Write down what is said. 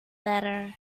better